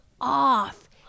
off